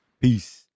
peace